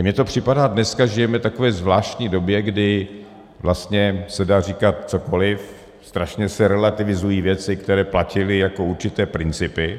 Mně to připadá dneska, že žijeme v takové zvláštní době, kdy vlastně se dá říkat cokoliv, strašně se relativizují věci, které platily jako určité principy.